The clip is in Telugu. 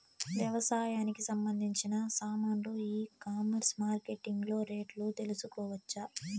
వ్యవసాయానికి సంబంధించిన సామాన్లు ఈ కామర్స్ మార్కెటింగ్ లో రేట్లు తెలుసుకోవచ్చా?